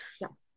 Yes